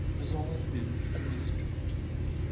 has always been a mystery to me.